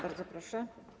Bardzo proszę.